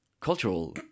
Cultural